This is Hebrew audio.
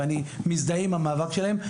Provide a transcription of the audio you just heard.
ואני מזדהה עם המאבק שלהם.